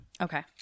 Okay